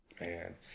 Man